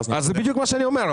זה בדיוק מה שאני אומר.